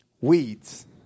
Weeds